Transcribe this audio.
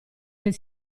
del